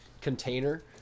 container